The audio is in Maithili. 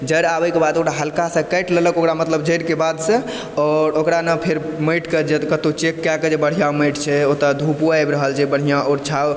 जड़ आबैके बाद ओकरा हल्का सा काटि लेलक ओकरा मतलब जड़िके बाद से आओर ओकरा ने फेर माँटिके कतौ चेक कए कऽ जे बढ़िऑं माँटि छै ओतऽ धूपो आबि रहल छै बढ़िऑं आओर छाओ